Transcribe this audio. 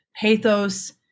pathos